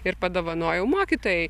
ir padovanojau mokytojai